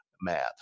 math